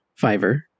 Fiverr